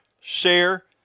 share